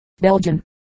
Belgian